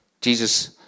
Jesus